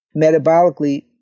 metabolically